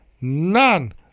none